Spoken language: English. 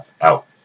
out